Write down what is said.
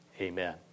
amen